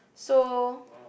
so